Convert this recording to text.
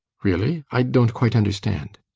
really? i don't quite understand